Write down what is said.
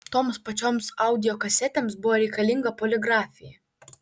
toms pačioms audio kasetėms buvo reikalinga poligrafija